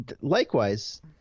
Likewise